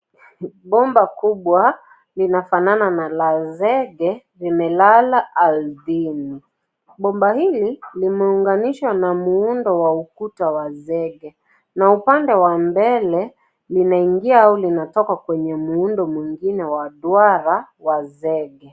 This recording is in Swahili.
Bomba kubwa linafanana na la zege, limelala ardhini. Bomba hili limeunganishwa na muundo wa ukuta wa zege na upande wa mbele, linaingia au linatoka kwenye muundo mwingine wa duara wa zege.